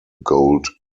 gold